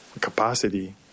capacity